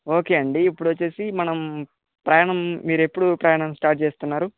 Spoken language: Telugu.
ఓకే అండి ఇప్పుడు వచ్చేసి మనం ప్రయాణం మీరు ఎప్పుడు ప్రయాణం స్టార్ట్ చేస్తున్నారు